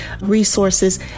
resources